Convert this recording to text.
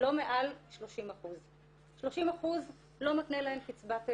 לא מעל 30%. 30% לא מקנה להן קצבת נכות.